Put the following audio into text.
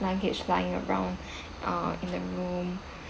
luggage lying around uh in the room